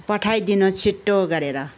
पठाइदिनु छिट्टो गरेर